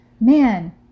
man